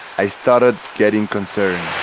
i started getting concerned.